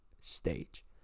stage